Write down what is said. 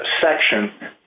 section